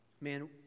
man